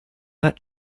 that